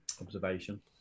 observation